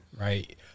right